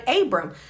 Abram